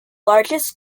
largest